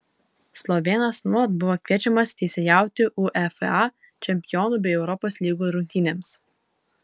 slovėnas nuolat buvo kviečiamas teisėjauti uefa čempionų bei europos lygų rungtynėms